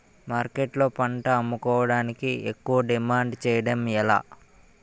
మార్కెట్లో పంట అమ్ముకోడానికి ఎక్కువ డిమాండ్ చేయడం ఎలా?